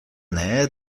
nähe